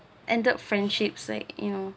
ended friendships like you know